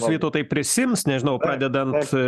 vytautai prisiims nežinau pradedant